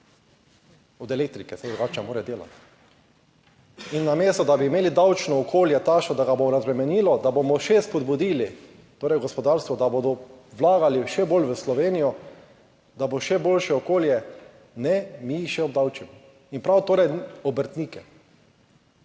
od elektrike, saj drugače mora delati. In namesto, da bi imeli davčno okolje takšno, da ga bo razbremenilo, da bomo še spodbudili torej gospodarstvo, da bodo vlagali še bolj v Slovenijo, da bo še boljše okolje, ne, mi jih še obdavčimo, in prav torej obrtnike.